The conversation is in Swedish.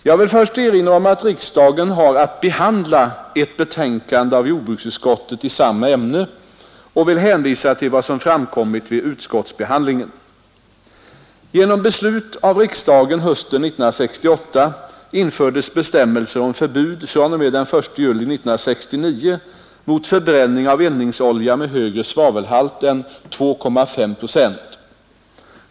Jag vill först erinra om att riksdagen har att behandla ett betänkande av jordbruksutskottet i samma ämne och vill hänvisa till vad som framkommit vid utskottsbehandlingen. Genom beslut av riksdagen hösten 1968 infördes bestämmelser om förbud fr.o.m. den 1 juli 1969 mot förbränning av eldningsolja med högre svavelhalt än 2,5 procent.